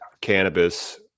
cannabis